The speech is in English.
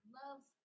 loves